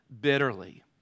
bitterly